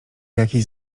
jakieś